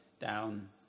down